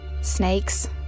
Snakes